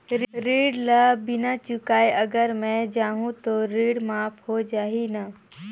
ऋण ला बिना चुकाय अगर मै जाहूं तो ऋण माफ हो जाही न?